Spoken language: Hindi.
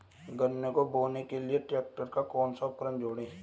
गन्ने को बोने के लिये ट्रैक्टर पर कौन सा उपकरण जोड़ें?